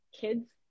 kids